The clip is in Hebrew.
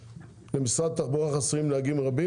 למשרד התחבורה חסרים נהגים רבים,